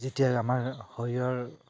যেতিয়া আমাৰ শৰীৰৰ